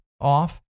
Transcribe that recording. off